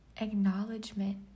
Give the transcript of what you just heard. acknowledgement